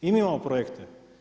I mi imamo projekte.